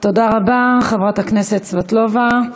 תודה רבה, חברת הכנסת סבטלובה.